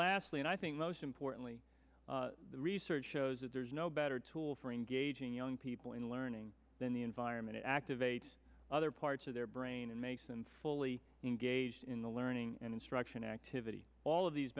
lastly and i think most importantly the research shows that there's no better tool for engaging young people in learning than the environment it activates other parts of their brain and makes and fully engaged in the learning and instruction activity all of these